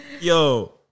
Yo